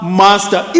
master